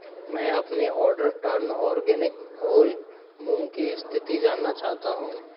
मैं अपने ऑर्डर टर्न आर्गेनिक होल मूँग की स्थिति जानना चाहता हूँ